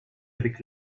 avec